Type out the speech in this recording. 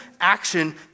action